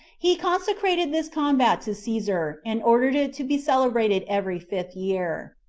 he consecrated this combat to caesar, and ordered it to be celebrated every fifth year.